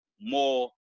more